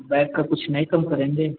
bag का कुछ नहीं कम करेंगे